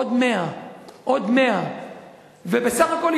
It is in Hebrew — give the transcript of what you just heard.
עוד 100. עוד 100. ובסך הכול,